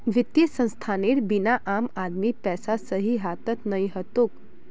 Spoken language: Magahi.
वित्तीय संस्थानेर बिना आम आदमीर पैसा सही हाथत नइ ह तोक